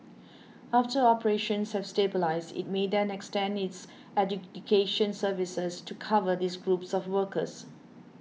after operations have stabilised it may then extend its adjudication services to cover these groups of workers